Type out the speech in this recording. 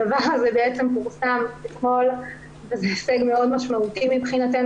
הדבר הזה פורסם וזה הישג מאוד משמעותי מבחינתנו,